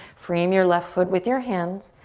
frame your left foot with your hands.